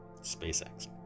spacex